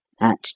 At